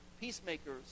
peacemakers